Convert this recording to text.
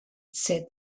said